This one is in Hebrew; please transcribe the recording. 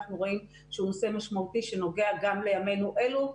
אנחנו רואים שהוא נושא משמעותי שנוגע גם לימינו אלה,